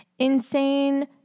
insane